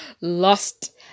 lost